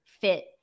fit